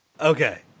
Okay